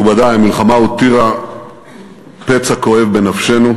מכובדי, המלחמה הותירה פצע כואב בנפשנו